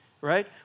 right